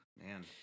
man